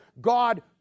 God